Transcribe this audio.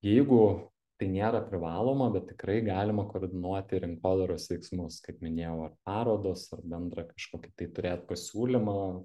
jeigu tai nėra privaloma bet tikrai galima koordinuoti rinkodaros veiksmus kaip minėjau ar parodos ar bendrą kažkokį tai turėt pasiūlymą